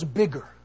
bigger，